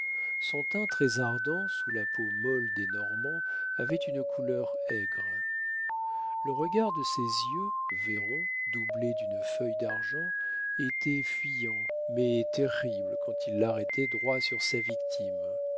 son teint très ardent sous la peau molle des normands avait une couleur aigre le regard de ses yeux vairons doublés d'une feuille d'argent était fuyant mais terrible quand il l'arrêtait droit sur sa victime